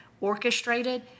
orchestrated